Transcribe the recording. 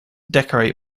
decorate